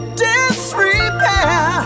disrepair